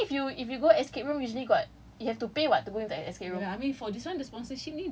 no no no as in like cause if you if you go escape room usually got you have to pay [what] to go inside the escape room